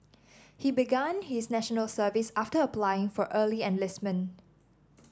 he began his National Service after applying for early enlistment